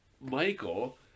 Michael